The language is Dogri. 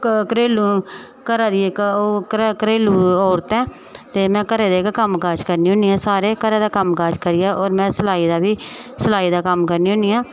इक्क घरेलू घरा दी इक्क घरेलू औरत आं ते में घरा दे गै कम्म काज़ करनी होन्नी सारे होर घरा दा कम्म काज़ करियै में सिलाई दा बी सलाई दा कम्म करनी होन्नी आं